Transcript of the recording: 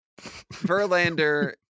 Verlander